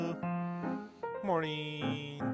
morning